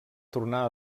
tornar